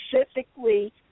specifically